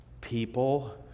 People